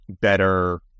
better